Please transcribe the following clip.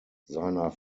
seiner